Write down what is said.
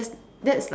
that's like